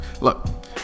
look